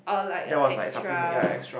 that was like supplement ya extra